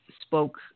spoke